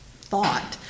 thought